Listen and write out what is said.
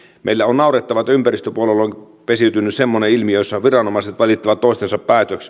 meillä on naurettavaa että ympäristöpuolelle on pesiytynyt semmoinen ilmiö jossa viranomaiset valittavat toistensa